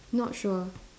not sure